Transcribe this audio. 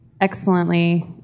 Excellently